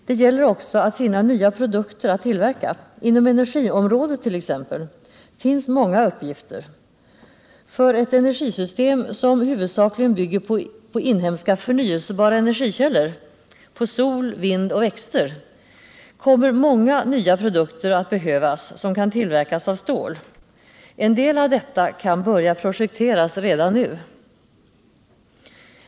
Det gäller också att finna nya produkter att tillverka. Inom energiområdet t.ex. finns många uppgifter. För ett energisystem, som huvudsakligen bygger på inhemska förnyelsebara energikällor, på sol, vind och växter, kommer många nya produkter att behövas, vilka kan tillverkas av stål. En del av detta kan börja projekteras redan nu.